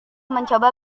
mencoba